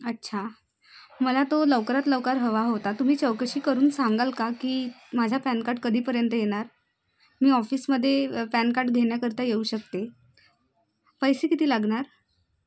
अच्छा मला तो लवकरात लवकर हवा होता तुम्ही चौकशी करून सांगाल का की माझा पॅन कार्ड कधीपर्यंत येणार मी ऑफिसमध्ये पॅन कार्ड घेण्याकरता येऊ शकते पैसे किती लागणार